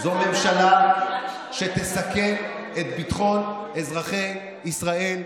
זו ממשלה שתסכן את ביטחון אזרחי ישראל.